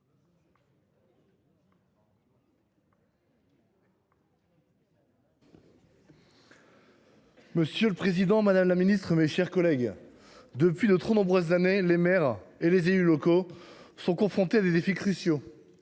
Monsieur le président, madame la ministre, mes chers collègues, depuis de trop nombreuses années, les maires et les élus locaux sont confrontés à des défis cruciaux.